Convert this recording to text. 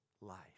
life